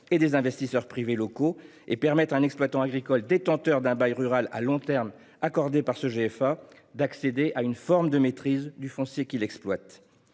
des agriculteurs. Cela permettrait à un exploitant agricole détenteur d’un bail rural à long terme accordé par ce GFA d’accéder à une forme de maîtrise du foncier qu’il exploite.